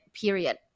period